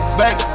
back